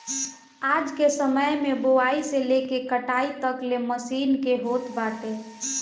आजके समय में बोआई से लेके कटाई तकले मशीन के होत बाटे